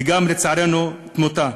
וגם, לצערנו, לתמותה.